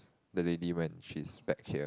the lady when she is back here